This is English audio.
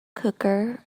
cooker